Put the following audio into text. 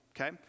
okay